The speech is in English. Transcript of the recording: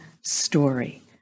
story